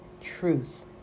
truth